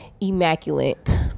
Immaculate